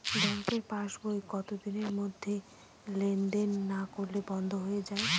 ব্যাঙ্কের পাস বই কত দিনের মধ্যে লেন দেন না করলে বন্ধ হয়ে য়ায়?